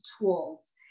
tools